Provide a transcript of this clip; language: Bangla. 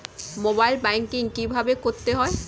মোবাইল ব্যাঙ্কিং কীভাবে করতে হয়?